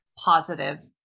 positive